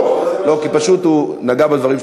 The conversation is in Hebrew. זה לא מה שאמרתי,